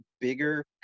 bigger